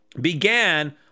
began